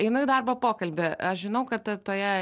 einu į darbo pokalbį aš žinau kad t toje